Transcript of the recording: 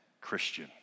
Christian